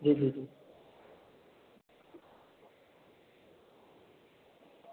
जी जी जी